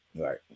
Right